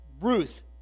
Ruth